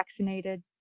vaccinated